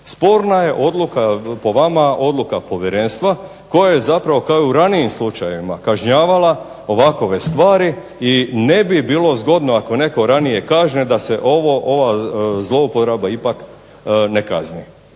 Sporna je odluka, po vama, odluka povjerenstva koja je zapravo kao i u ranijim slučajevima kažnjavala ovakove stvari i ne bi bilo zgodno ako je netko ranije kažnjen da se ova zlouporaba ipak ne kazni.